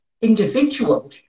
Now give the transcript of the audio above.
individual